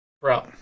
bro